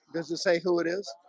doesn't say who it is